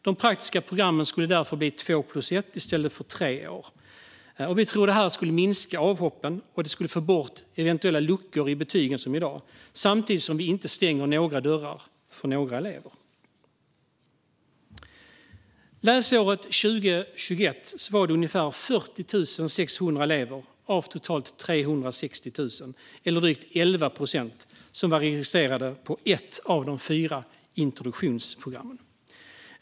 De praktiska programmen skulle därför bli 2 + 1 år i stället för 3 år. Vi tror att det här skulle minska avhoppen och få bort luckor i betygen samtidigt som det inte stänger några dörrar för några elever. Läsåret 2020/21 var det ungefär 40 600 elever av totalt 360 000, eller drygt 11 procent, som var registrerade på ett av de fyra introduktionsprogrammen.